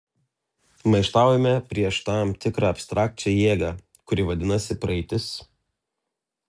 maištaujame prieš tam tikrą abstrakčią jėgą kuri vadinasi praeitis